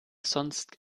sonst